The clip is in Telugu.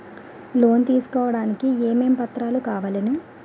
లోన్ తీసుకోడానికి ఏమేం పత్రాలు కావలెను?